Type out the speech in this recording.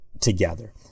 together